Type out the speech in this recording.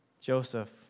Joseph